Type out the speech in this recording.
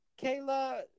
Kayla